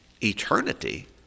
eternity